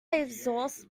exhaust